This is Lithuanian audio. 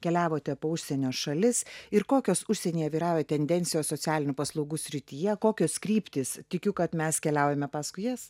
keliavote po užsienio šalis ir kokios užsienyje vyrauja tendencijos socialinių paslaugų srityje kokios kryptys tikiu kad mes keliaujame paskui jas